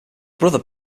brother